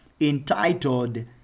Entitled